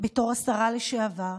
בתור השרה לשעבר: